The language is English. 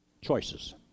choices